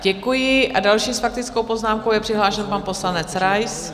Děkuji a další s faktickou poznámkou je přihlášen pan poslanec Rais.